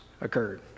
occurred